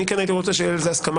אני כן הייתי רוצה שיהיה על זה הסכמה